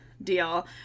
deal